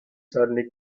suddenly